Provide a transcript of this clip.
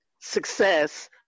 success